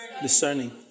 discerning